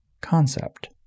concept